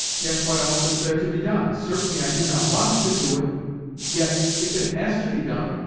yet what else is there to be done? certainly i do not want to do it yet, if it has to be done,